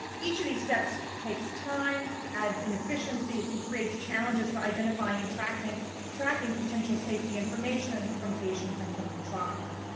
each of these steps takes time as inefficiencies and creates challenges for identifying and tracking tracking potential safety information from patients and clinical trials.